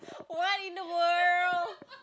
what in the world